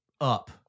up